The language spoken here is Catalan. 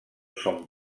son